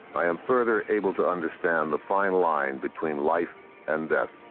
i am further able to understand the fine line between life and death.